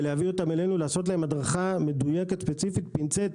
ולהביא אותם אלינו להדרכה ספציפית ומדויקת עם פינצטה,